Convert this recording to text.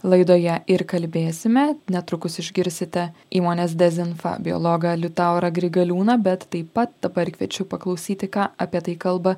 laidoje ir kalbėsime netrukus išgirsite įmonės dezinfa biologą liutaurą grigaliūną bet taip pat dabar kviečiu paklausyti ką apie tai kalba